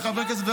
וחברי הכנסת,